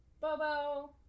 Bobo